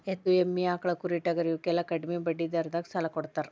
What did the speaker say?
ಎತ್ತು, ಎಮ್ಮಿ, ಆಕ್ಳಾ, ಕುರಿ, ಟಗರಾ ಇವಕ್ಕೆಲ್ಲಾ ಕಡ್ಮಿ ಬಡ್ಡಿ ದರದಾಗ ಸಾಲಾ ಕೊಡತಾರ